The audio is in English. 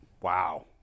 Wow